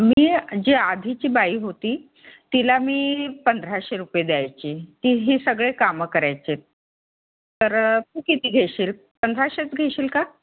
मी जी आधीची बाई होती तिला मी पंधराशे रुपये द्यायची ती ही सगळे कामं करायचे तर तू किती घेशील पंधराशेच घेशील का